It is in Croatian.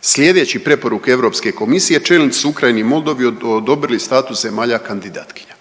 Slijedeći preporuke Europske komisije čelnici su Ukrajini i Moldovi odobrili status zemalja kandidatkinja.